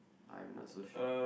I'm not so sure